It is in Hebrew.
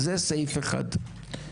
זה סעיף אחד.